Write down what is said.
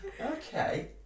Okay